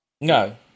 No